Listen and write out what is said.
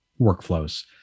workflows